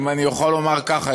אם אני אוכל לומר ככה,